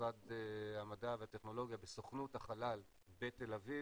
במשרד המדע והטכנולוגיה, בסוכנות החלל בתל אביב,